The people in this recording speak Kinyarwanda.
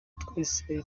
twese